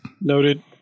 Noted